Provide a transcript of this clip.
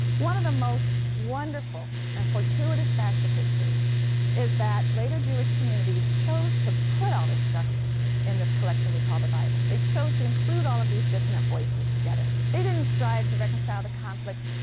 one of the most wonderful and fortuitous facts of history is that later jewish communities chose to put all this stuff in this collection we call the bible. they chose to include all of these dissonant voices together. they didn't strive to reconcile the conflicts,